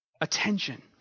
Attention